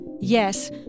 Yes